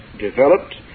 developed